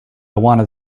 wanted